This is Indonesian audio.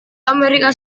amerika